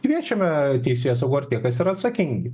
kviečiame teisėsaugą ir tie kas yra atsakingi